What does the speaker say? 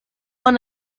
man